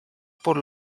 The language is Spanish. por